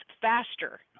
faster